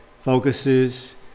focuses